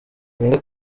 wenger